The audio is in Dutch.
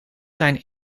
zijn